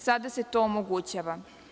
Sada se to omogućava.